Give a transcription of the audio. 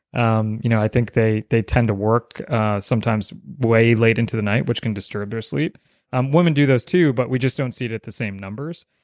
um you know i think they they tend to work sometimes way late into the night, which can disturb their sleep women do those too but we just don't see it at the same numbers.